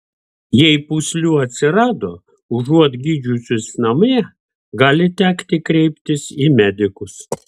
jei pūslių atsirado užuot gydžiusis namie gali tekti kreiptis į medikus